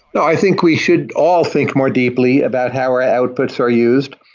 i think we should all think more deeply about how our outputs are used,